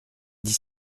dix